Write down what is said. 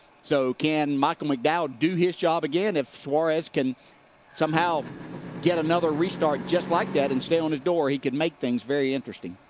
so can michael mcdowell do his job again if suarez can somehow get another restart just like that and sit on his door he can make things very interesting.